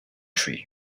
tree